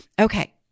Okay